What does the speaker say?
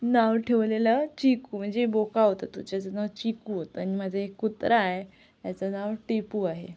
नाव ठेवलेलं चिकू म्हणजे बोका होता तो त्याचं नाव चिकू होतं आणि माझा एक कुत्रा आहे त्याचं नाव टिपू आहे